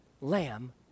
Lamb